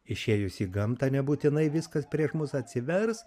išėjus į gamtą nebūtinai viskas prieš mus atsivers